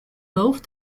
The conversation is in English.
both